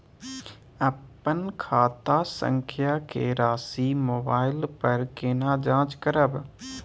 अपन खाता संख्या के राशि मोबाइल पर केना जाँच करब?